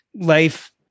life